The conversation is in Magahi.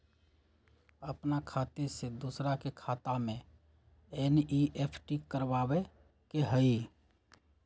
अपन खाते से दूसरा के खाता में एन.ई.एफ.टी करवावे के हई?